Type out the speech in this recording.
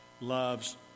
loves